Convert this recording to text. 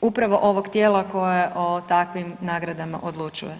upravo ovog tijela koje o takvim nagradama odlučuje.